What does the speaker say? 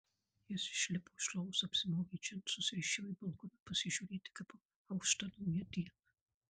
jis išlipo iš lovos apsimovė džinsus ir išėjo į balkoną pasižiūrėti kaip aušta nauja diena